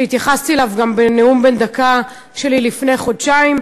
והתייחסתי אליו גם בנאום בן דקה שלי לפני חודשיים,